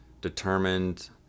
determined